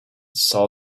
saw